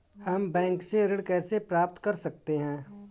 हम बैंक से ऋण कैसे प्राप्त कर सकते हैं?